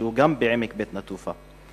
שהוא בעמק בית-נטופה.